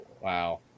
Wow